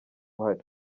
uhari